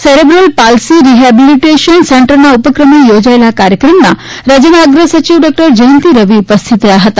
cerebral palsy rehabilitation સેન્ટરના ઉપક્રમે યોજાયેલા આ કાર્યક્રમમાં રાજયના અગ્રસચિવ ડોકટર જયંતિ રવિ ઉપસ્થિત રહયાં હતા